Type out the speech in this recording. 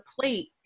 plate